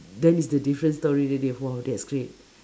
then it's the different story already !wow! that's great